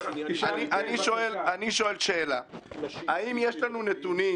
--- האם יש לנו נתונים,